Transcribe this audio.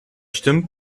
stimmt